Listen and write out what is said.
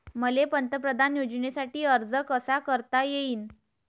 मले पंतप्रधान योजनेसाठी अर्ज कसा कसा करता येईन?